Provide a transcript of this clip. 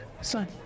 son